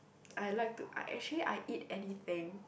I like to I actually I eat anything